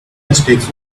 mistakes